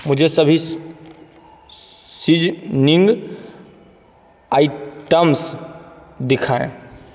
मुझे सभी seasoning items दिखाएँ